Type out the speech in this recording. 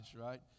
right